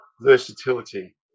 versatility